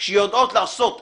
שיודעות לעשות א',